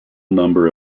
number